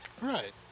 Right